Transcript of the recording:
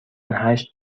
هشت